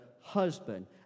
husband